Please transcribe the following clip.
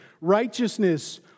Righteousness